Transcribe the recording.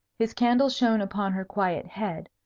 his candle shone upon her quiet head,